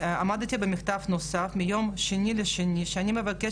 בימים אלה הוגשה